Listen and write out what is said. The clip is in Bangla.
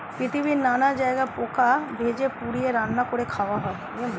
পৃথিবীর নানা জায়গায় পোকা ভেজে, পুড়িয়ে, রান্না করে খাওয়া হয়